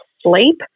sleep